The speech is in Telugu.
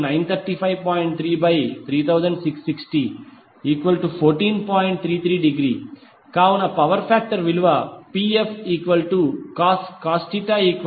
33° కావున పవర్ ఫాక్టర్ విలువ pfcos 0